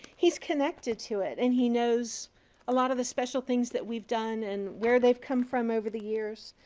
he's connected to it and he knows a lot of the special things that we've done and where they've come from over the years.